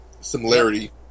similarity